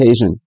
occasion